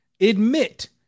admit